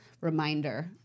reminder